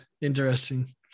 interesting